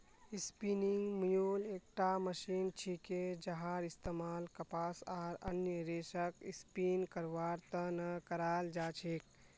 spinning mule एकटा machine छिके जहार इस्तमाल कपास आर अन्य रेशक स्पिन करवार त न कराल जा छेक